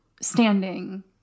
standing